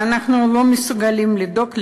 ואנחנו לא מסוגלים לדאוג להם,